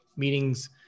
meetings